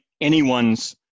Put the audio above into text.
anyone's